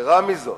יתירה מזאת,